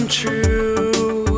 true